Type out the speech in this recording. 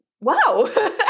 wow